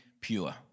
pure